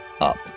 up